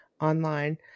online